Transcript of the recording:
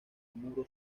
muro